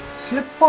slip